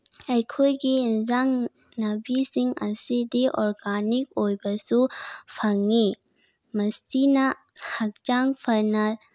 ꯑꯩꯈꯣꯏꯒꯤ ꯑꯦꯟꯁꯥꯡ ꯅꯥꯄꯤꯁꯤꯡ ꯑꯁꯤꯗꯤ ꯑꯣꯔꯒꯥꯅꯤꯛ ꯑꯣꯏꯕꯁꯨ ꯐꯪꯉꯤ ꯃꯁꯤꯅ ꯍꯛꯆꯥꯡ ꯐꯅ